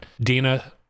dina